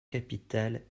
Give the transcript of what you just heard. capitale